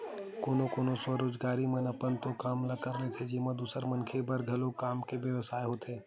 कोनो कोनो स्वरोजगारी मन अपन तो काम ल करथे जेमा दूसर मनखे बर घलो काम के बेवस्था होथे